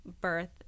birth